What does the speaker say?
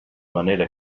manera